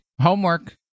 Homework